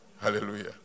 Hallelujah